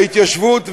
ההתיישבות,